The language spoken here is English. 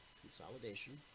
consolidation